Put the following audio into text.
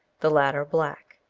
the latter black.